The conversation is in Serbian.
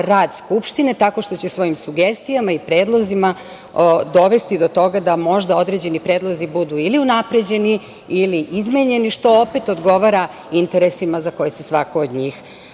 rad Skupštine tako što će svojim sugestijama i predlozima dovesti do toga da možda određeni predlozi budu ili unapređeni ili izmenjeni, što opet odgovara interesima za koje se svako od njih